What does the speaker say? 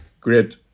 great